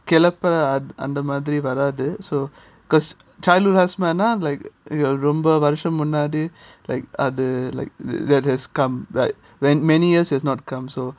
caliper அந்த மாதிரி வராது:andha madhiri varathu so because childhood asthma ah like ரொம்ப வருஷம் முன்னாடி:romba varusam munnadi like other like that has come but man~ many years has not come so